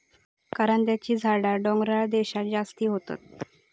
करांद्याची झाडा डोंगराळ देशांत जास्ती होतत